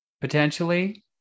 potentially